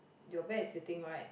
the bear is sitting right